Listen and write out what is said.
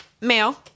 male